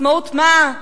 עצמאות, מה?